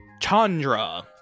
Chandra